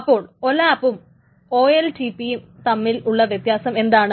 അപ്പോൾ ഒലാപും ഒഎൽറ്റിപിയും തമ്മിലുള്ള വ്യത്യാസം എന്താണ്